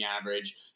average